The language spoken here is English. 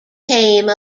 came